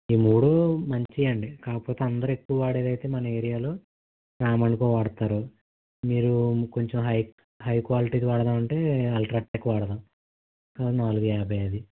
ఈ మూడు మంచివి అండి కాకపోతే అందరూ ఎక్కువ వాడేదైతే మన ఏరియాలో నార్మల్గా వాడతారు మీరు కొంచెం హై హై క్వాలిటీది వాడదామంటే అల్ట్రాటెక్ వాడదాం అది నాలుగు యాభై అది